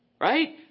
right